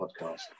podcast